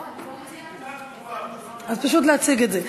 לא, אני לא מציגה, אז פשוט להציג את זה.